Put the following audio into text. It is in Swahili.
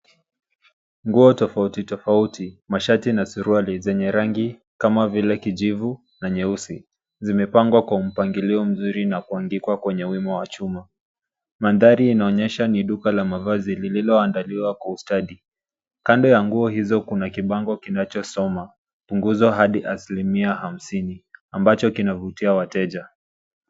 Nguo tofauti tofauti, mashati na suruali zenye rangi kama vile kijivu na nyeusi zimepangwa kwa mpangilio nzuri na kuandikwa kwenye wima wa chuma. Mandhari inaonyesha ni duka la mavazi lililoandaliwa kwa ustadi. Kando ya nguo hizo kuna kibango kinachosoma punguzo hadi asilimia hamsini, ambacho kinavutia wateja.